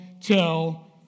tell